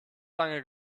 lange